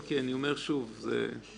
רק